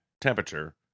temperature